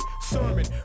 Sermon